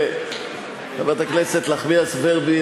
חברת הכנסת נחמיאס ורבין,